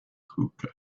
hookah